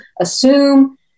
assume